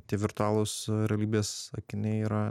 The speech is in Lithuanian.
tie virtualūs realybės akiniai yra